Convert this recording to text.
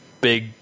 big